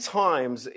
times